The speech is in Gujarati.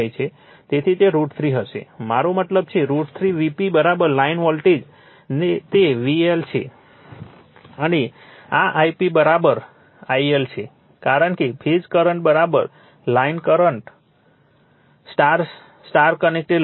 તેથી તે √ 3 હશે મારો મતલબ છે √ 3 Vp લાઈન વોલ્ટેજ તે VL છે અને આ Ip IL છે કારણ કે phase current line current star star connected load છે